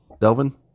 Delvin